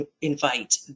invite